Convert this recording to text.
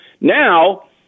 Now